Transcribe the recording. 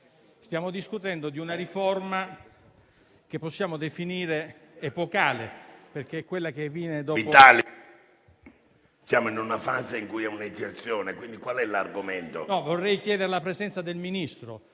stiamo discutendo di una riforma che possiamo definire epocale.